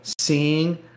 seeing